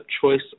choice